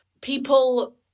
people